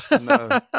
no